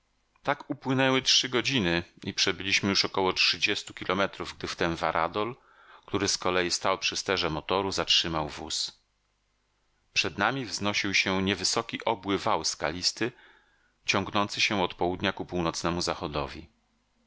tak upłynęły trzy godziny i przebyliśmy już około trzydziestu kilometrów gdy wtem varadol który z kolei stał przy sterze motoru zatrzymał wóz przed nami wznosił się nie wysoki obły wał skalisty ciągnący się od południa ku północnemu zachodowi